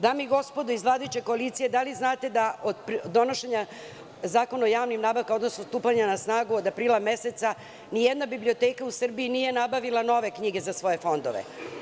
Dame i gospodo iz vladajuće koalicije, da li znate da od donošenja Zakona o javnim nabavkama, odnosno stupanja na snagu, od aprila meseca, ni jedna biblioteka u Srbiji nije nabavila nove knjige za svoje fondove?